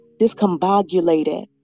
discombobulated